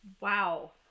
Wow